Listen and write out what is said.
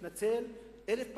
ולומר: אני מתנצל אלף פעמים.